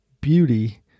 beauty